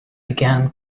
began